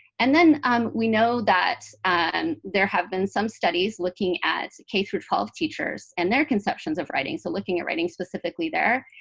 and then um we know that and there have been some studies looking at k through twelve teachers and their conceptions of writing, so looking at writing specifically there,